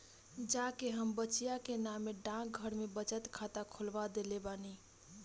जा के हम बचिया के नामे डाकघर में बचत खाता खोलवा देले बानी